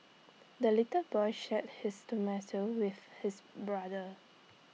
the little boy shared his tomato with his brother